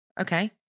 okay